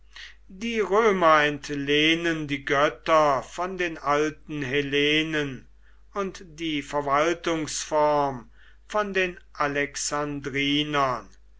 die römer entlehnen die götter von den alten hellenen und die verwaltungsform von den